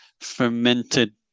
fermented